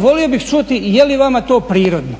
Volio bih čuti i je li vama to prirodno.